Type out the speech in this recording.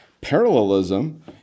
Parallelism